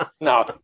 No